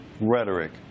rhetoric